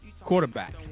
quarterback